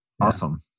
Awesome